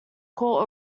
court